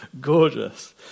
gorgeous